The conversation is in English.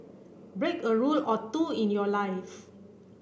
break a rule or two in your life